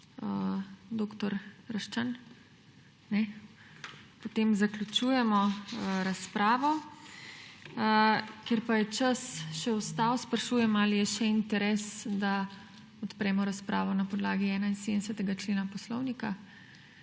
dr. Raščan? Ne. Potem zaključujemo razpravo. Ker je čas še ostal, sprašujem, ali je še interes, da odpremo razpravo na podlagi 71. člena Poslovnika.